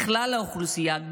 לכלל האוכלוסייה,